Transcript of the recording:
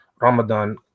Ramadan